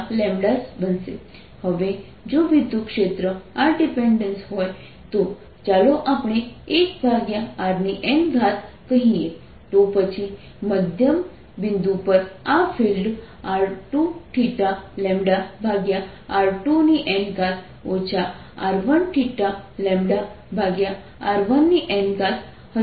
હવે જો વિદ્યુતક્ષેત્રન r ડિપેન્ડેન્સ હોય તો ચાલો આપણે 1rn કહીએ તો પછી મધ્ય બિંદુ પર આ ફિલ્ડ r2θλr2n r1θλr1n હશે